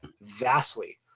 vastly